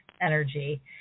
energy